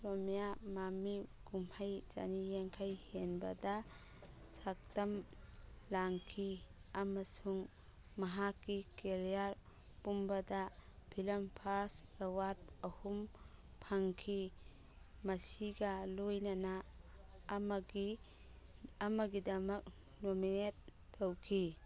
ꯔꯣꯃꯤꯌꯥ ꯃꯃꯤ ꯀꯨꯝꯍꯩ ꯆꯅꯤ ꯌꯥꯡꯈꯩ ꯍꯦꯟꯕꯗ ꯁꯛꯇꯝ ꯂꯥꯡꯈꯤ ꯑꯃꯁꯨꯡ ꯃꯍꯥꯛꯀꯤ ꯀꯦꯔꯤꯌꯥꯔ ꯄꯨꯝꯕꯗ ꯐꯤꯂꯝ ꯐꯥꯁ ꯑꯦꯋꯥꯔꯗ ꯑꯍꯨꯝ ꯐꯪꯈꯤ ꯃꯁꯤꯒ ꯂꯣꯏꯅꯅ ꯑꯃꯒꯤ ꯑꯃꯒꯤꯗꯃꯛ ꯅꯣꯃꯤꯅꯦꯠ ꯇꯧꯈꯤ